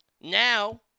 Now